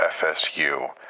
FSU